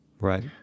Right